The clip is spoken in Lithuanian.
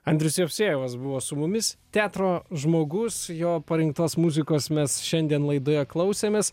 andrius jevsejevas buvo su mumis teatro žmogus jo parinktos muzikos mes šiandien laidoje klausėmės